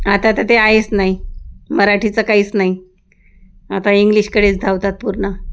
आता त ते आहेच नाही मराठीचं काहीच नाही आता इंग्लिशकडेच धावतात पूर्ण